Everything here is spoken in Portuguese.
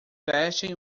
vestem